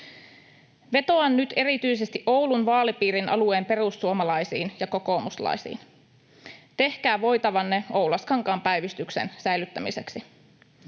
Vetoan nyt erityisesti Oulun vaalipiirin alueen perussuomalaisiin ja kokoomuslaisiin: tehkää voitavanne Oulaskankaan päivystyksen säilyttämiseksi.